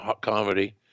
comedy